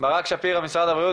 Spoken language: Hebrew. שפירא ממשרד הבריאות,